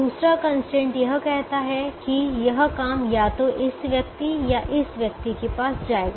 दूसरा कंस्ट्रेंट यह कहता है कि यह काम या तो इस व्यक्ति या इस व्यक्ति के पास जाएगा